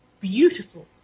Beautiful